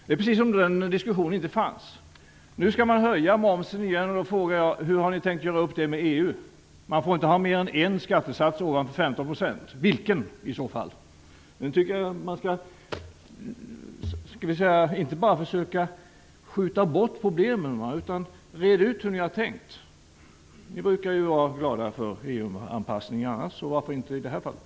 Det är precis som om den diskussionen inte fanns. Nu skall man höja momsen igen, och jag frågar då: Hur har ni tänkt göra upp om det med EU? Man får inte ha mer än en skattesats ovanför 15 %. Vilken skall det i så fall vara? Jag tycker att ni inte bara skall försöka skjuta bort problemen utan skall reda ut hur ni har tänkt. Ni brukar ju vara glada för EU-anpassning annars. Varför inte också i det här fallet?